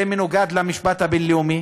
זה מנוגד למשפט הבין-לאומי.